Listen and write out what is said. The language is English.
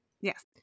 Yes